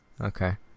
Okay